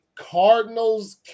Cardinals